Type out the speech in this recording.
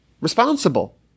responsible